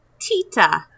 Tita